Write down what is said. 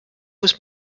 muss